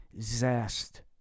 zest